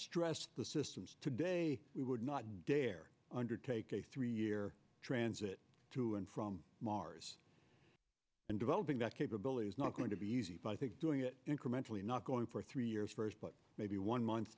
stress the systems today we would not dare undertake a three year transit to and from mars and developing that capability is not going to be easy but i think doing it incrementally not going for three years but maybe one month